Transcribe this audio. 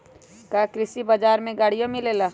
का कृषि बजार में गड़ियो मिलेला?